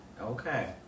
okay